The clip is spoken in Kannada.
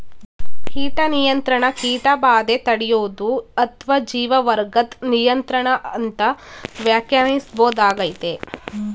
ಕೀಟ ನಿಯಂತ್ರಣ ಕೀಟಬಾಧೆ ತಡ್ಯೋದು ಅತ್ವ ಜೀವವರ್ಗದ್ ನಿಯಂತ್ರಣ ಅಂತ ವ್ಯಾಖ್ಯಾನಿಸ್ಬೋದಾಗಯ್ತೆ